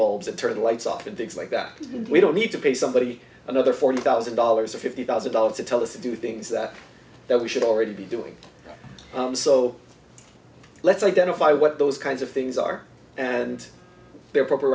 bulbs and turn the lights off and things like that we don't need to pay somebody another forty thousand dollars or fifty thousand dollars to tell us to do things that that we should already be doing so let's identify what those kinds of things are and their proper